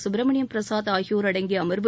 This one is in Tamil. கப்பிரமணியம் பிரசாத் ஆகியோர் அடங்கிய அமர்வு